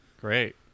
Great